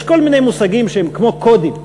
יש כל מיני מושגים שהם כמו קודים.